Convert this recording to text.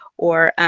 or